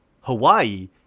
Hawaii